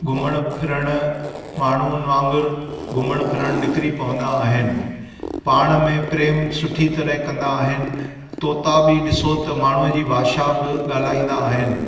घुमण फिरण माण्हुनि वांगुरु घुमण फिरण निकिरी पवंदा आहिनि पाण में प्रेम सुठी तरह कंदा आहिनि तोता बि ॾिसो त माण्हूअ जी भाषा बि ॻाल्हाईंदा आहिनि